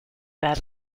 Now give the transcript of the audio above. bad